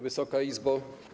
Wysoka Izbo!